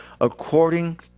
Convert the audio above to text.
According